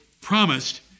promised